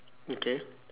okay